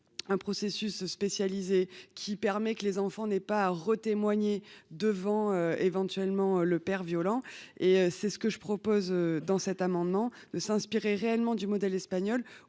un processus spécialisé qui permet que les enfants n'aient pas à éventuellement témoigner plusieurs fois devant le père violent. C'est ce que je propose dans cet amendement : s'inspirer réellement du modèle espagnol